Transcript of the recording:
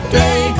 day